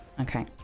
Okay